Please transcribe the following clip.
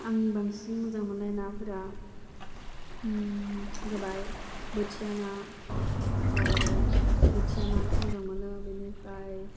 आंनि बांसिन मोजां मोननाय नाफोरा जाबाय बोथिया ना औ बोथिया नाखौ मोजां मोनो बिनिफ्राय